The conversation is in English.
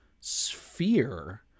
sphere